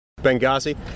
Benghazi